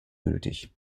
gültig